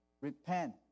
repent